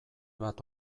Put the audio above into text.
bat